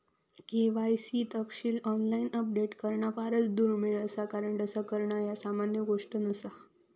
KYC तपशील online update करणा फारच दुर्मिळ असा कारण तस करणा ह्या सामान्य गोष्ट नसा